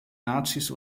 nazis